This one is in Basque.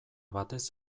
batez